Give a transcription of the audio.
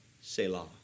Selah